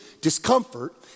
discomfort